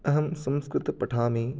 अहं संस्कृतं पठामि